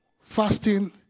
Fasting